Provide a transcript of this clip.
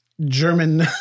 German